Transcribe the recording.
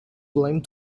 blamed